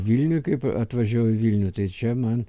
vilniuj kaip atvažiuoju į vilnių tai čia man